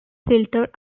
filter